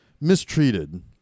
mistreated